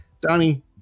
Donnie